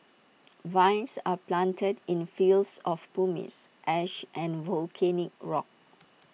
vines are planted in fields of pumice ash and volcanic rock